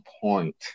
point